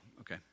Okay